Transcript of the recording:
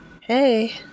Hey